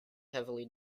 heavily